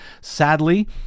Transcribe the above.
Sadly